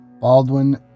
Baldwin